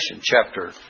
chapter